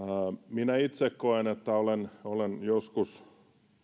minä itse koen että olen joskus